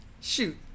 Shoot